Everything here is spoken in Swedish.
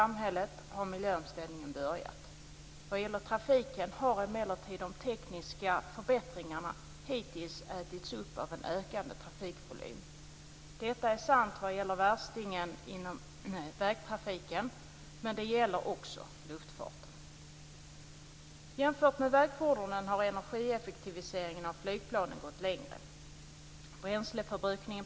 Med ett snabbspår från Stockholm till Linköping skulle vi få en bra förbindelse också för den befolkningsstarka delen söder om Nyköping.